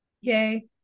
Yay